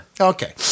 Okay